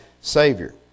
Savior